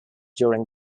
during